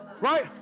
Right